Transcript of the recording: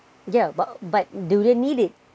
yeah but but do they need it